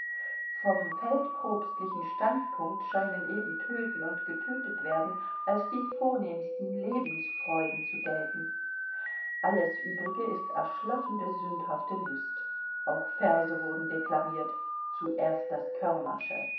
vom feldprobstlichen standpunkt scheinen eben töten und getötetwerden als die vornehmsten lebensfreuden zu gelten alles übrige ist erschlaffende sündhafte lust auch verse wurden deklamiert zuerst das